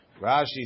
Rashi